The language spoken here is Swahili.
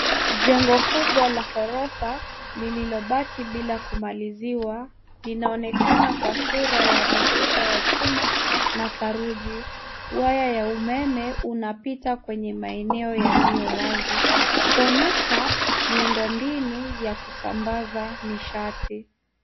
Jengo kubwa la ghorofa lililobaki bila kumaliziwa inaonekana kwa sura ya mifupa ya chuma na saruji. Waya ya umeme unapita kwenye maeneo yaliyo wazi kuonyesha miundo mbinu ya kusambaza nishati.